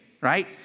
right